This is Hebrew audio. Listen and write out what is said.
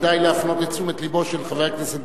כדאי להפנות את תשומת לבו של חבר הכנסת